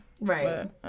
right